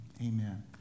Amen